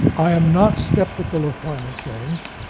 i am not skeptical of climate change.